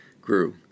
grew